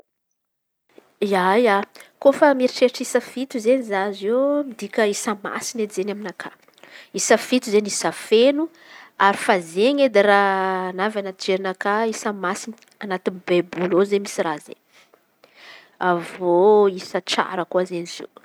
Ia ia kôfa mieritreritry isa fito izen̈y za zao midika isa masin̈a izen̈y aminakà. Isa fito izen̈y isa feno ary fa izen̈y edy raha anôvana jerinakà isa masin̈a anatiny baiboly iô izen̈y misy raha zey. Avy eo isa tsara koa izen̈y izy io.